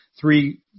three –